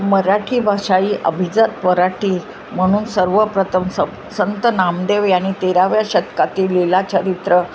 मराठी भाषा ही अभिजात मराठी म्हणून सर्वप्रथम संप संत नामदेव यांनी तेराव्या शतकातील लिला चरित्र